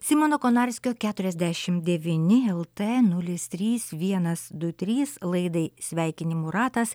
simono konarskio keturiasdešim devyni lt nulis trys vienas du trys laidai sveikinimų ratas